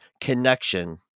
connection